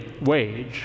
wage